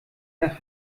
nach